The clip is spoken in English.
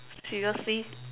seriously